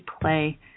play